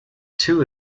two